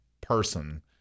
person